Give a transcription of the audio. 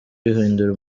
bihindura